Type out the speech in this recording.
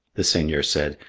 the seigneur said,